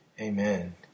Amen